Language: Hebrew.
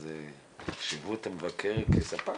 אז שיוו את המבקר כספק?